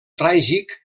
tràgic